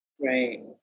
Right